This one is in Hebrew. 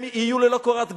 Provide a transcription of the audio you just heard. הם יהיו ללא קורת גג,